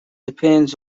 depends